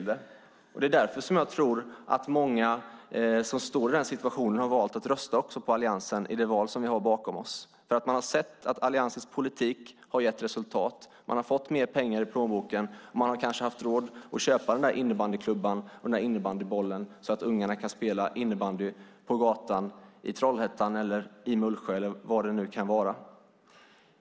Det är därför jag tror att många i den situationen valde att rösta på Alliansen i det val som ligger bakom oss. De har sett att Alliansens politik har gett resultat. De har fått mer pengar i plånboken, och de har kanske fått råd att köpa innebandyklubban och innebandybollen så att ungarna kan spela innebandy på gatan i Trollhättan, Mullsjö eller var det kan vara.